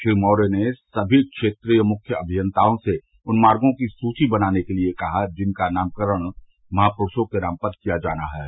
श्री मौर्य ने समी क्षेत्रीय मुख्य अभियंताओं से उन मार्गो की सूची बनाने के लिए कहा है जिनका नामकरण महापुरूषों के नाम पर किया जाना है